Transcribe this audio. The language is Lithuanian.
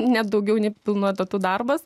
net daugiau nei pilnu etatu darbas